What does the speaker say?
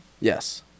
Yes